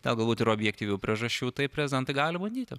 ten galbūt yra objektyvių priežasčių tai prezidentai gali bandyti